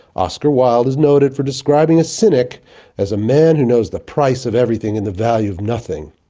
oscar wilde is noted for describing a cynic as a man who knows the price of everything and the value of nothing.